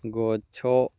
ଗଛ